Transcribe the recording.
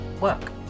work